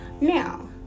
Now